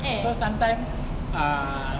cause sometimes ah